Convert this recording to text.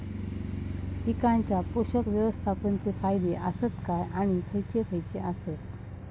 पीकांच्या पोषक व्यवस्थापन चे फायदे आसत काय आणि खैयचे खैयचे आसत?